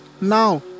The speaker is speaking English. Now